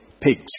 pigs